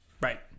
Right